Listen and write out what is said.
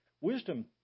Wisdom